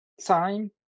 time